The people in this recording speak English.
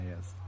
yes